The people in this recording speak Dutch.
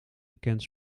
bekend